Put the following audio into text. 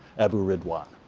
abu ridwan.